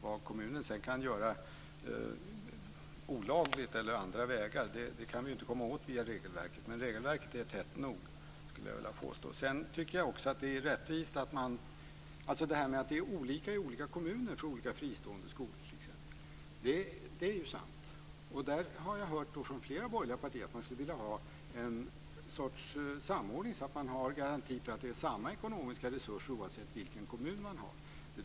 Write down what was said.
Vad kommunen sedan kan göra olagligt eller andra vägar kan vi inte komma åt via regelverket, men regelverket är tätt nog, skulle jag vilja påstå. Att det är olika i olika kommuner för olika fristående skolor är sant. Där har jag hört från flera borgerliga partier att man skulle vilja ha en sorts samordning så att man har garantier för att det är samma ekonomiska resurser oavsett vilken kommun det är.